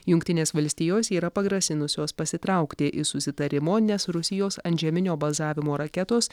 jungtinės valstijos yra pagrasinusios pasitraukti iš susitarimo nes rusijos antžeminio bazavimo raketos